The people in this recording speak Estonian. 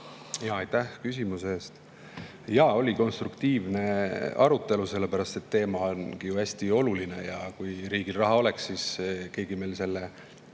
Aitäh küsimuse eest! Jaa, oli konstruktiivne arutelu, sellepärast et teema on hästi oluline. Kui riigil raha oleks, siis keegi ei oleks